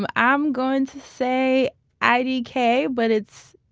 i'm um going to say idk. but it's,